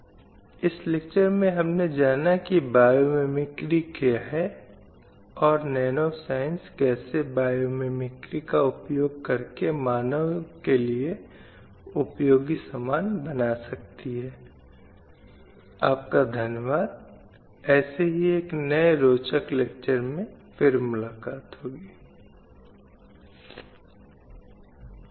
slide समय संदर्भ 2811 इसलिए यह बहुत महत्वपूर्ण है कि इन्हें तोड़ना चाहिएबाधाओं को तोड़ना चाहिए महिलाओं की क्षमताओं का मौजूदा सामाजिक मानदंडों सामाजिक मान्यताओं पर निर्णय नहीं किया जाना चाहिए किंतु एक उपयुक्त मूल्य और समाज में उसकी जगह की पहचान होनी चाहिए जिससे वह सभी मुद्दों और मामलों में पुरुष के बराबर देखी जाती है